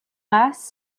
races